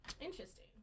Interesting